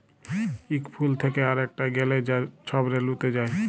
ইক ফুল থ্যাকে আরেকটয় গ্যালে যা ছব রেলুতে যায়